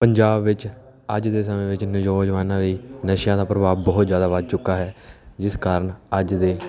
ਪੰਜਾਬ ਵਿੱਚ ਅੱਜ ਦੇ ਸਮੇਂ ਵਿੱਚ ਨੌਜਵਾਨਾਂ ਲਈ ਨਸ਼ਿਆਂ ਦਾ ਪ੍ਰਭਾਵ ਬਹੁਤ ਜ਼ਿਆਦਾ ਵੱਧ ਚੁੱਕਾ ਹੈ ਜਿਸ ਕਾਰਨ ਅੱਜ ਦੇ